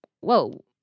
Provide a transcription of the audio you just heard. whoa